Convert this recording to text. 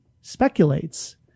speculates